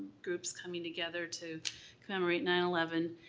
groups coming together to commemorate nine eleven.